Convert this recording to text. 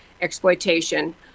exploitation